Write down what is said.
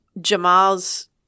Jamal's